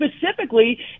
specifically